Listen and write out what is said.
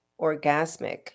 orgasmic